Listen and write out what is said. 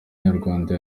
nyarwanda